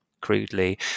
crudely